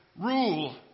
rule